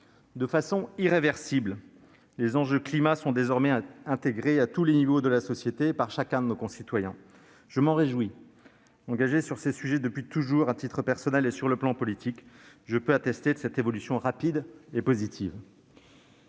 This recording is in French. De façon irréversible, les enjeux « climat » sont désormais intégrés à tous les niveaux de la société et par chacun de nos concitoyens- je m'en réjouis. Engagé sur ces sujets depuis toujours, je peux attester de cette évolution rapide et positive.